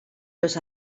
los